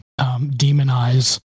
demonize